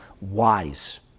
wise